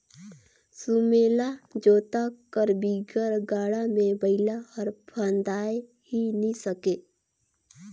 सुमेला जोता कर बिगर गाड़ा मे बइला हर फदाए ही नी सके